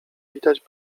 widać